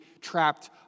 trapped